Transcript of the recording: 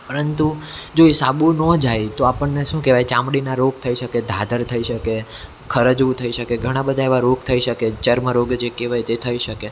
પરંતુ જો એ સાબુ ન જાય તો આપણને શું કહેવાય ચામડીના રોગ થઈ શકે ધાધર થઈ શકે ખરજવું થઈ શકે ઘણાબધા એવા રોગ થઈ શકે ચર્મ રોગ જે કહેવાય તે થઈ શકે